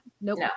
Nope